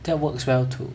that works well too